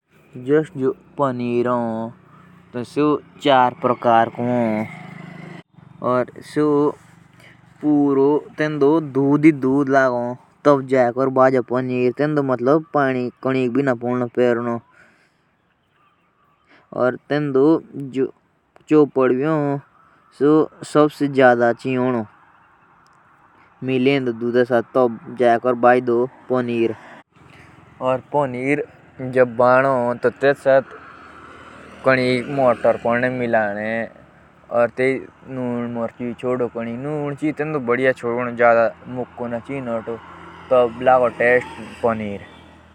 जो पनीर भी होन सेओ दूधो को रो बने। दूधोक खुब कोडाओ और तेंदा नींबू अटेरो जेतुली सेओ फोटलो और पनीर बजलो।